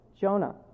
Jonah